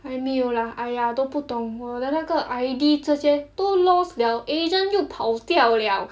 还没有 lah !aiya! 都不懂我的那个 I_D 这些都 lost liao agent 又跑掉 liao